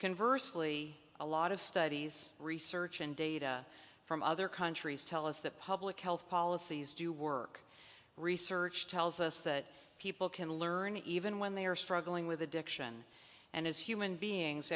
converse flea a lot of studies research and data from other countries tell us that public health policies do work research tells us that people can learn even when they are struggling with addiction and as human beings